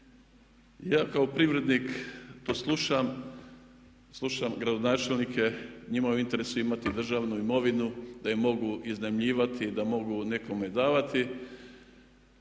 Ja kao privrednik to slušam, slušam gradonačelnike, njima je u interesu imati državu imovinu da je mogu iznajmljivati, da mogu nekome davati.